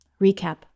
recap